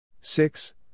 Six